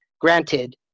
granted